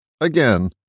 Again